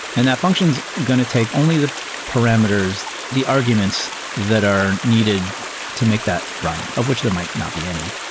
and that function is going to take only the parameters, the arguments that are needed to make that run, of which there might not be any.